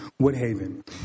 Woodhaven